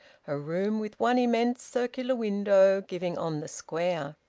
a room with one immense circular window, giving on the square.